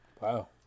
Wow